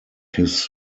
his